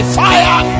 fire